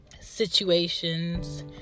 situations